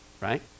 right